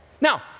Now